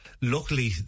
luckily